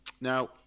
Now